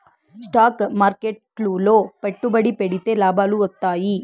stock మార్కెట్లు లో పెట్టుబడి పెడితే లాభాలు వత్తాయి